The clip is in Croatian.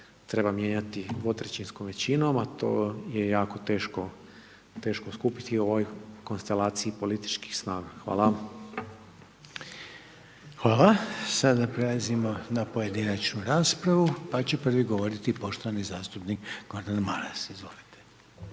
treba mijenjati 2/3 većinom, a to je jako teško, teško skupiti u ovoj konstelaciji političkih snaga. Hvala. **Reiner, Željko (HDZ)** Hvala. Sada prelazimo na pojedinačnu raspravu, pa će prvi govoriti poštovani zastupnik Gordan Maras. Izvolite.